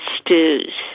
stews